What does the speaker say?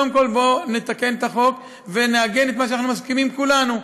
קודם כול בואו נתקן את החוק ונעגן את מה שאנחנו מסכימים עליו כולנו,